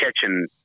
catching